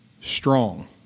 strong